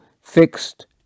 fixed